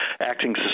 acting